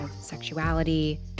sexuality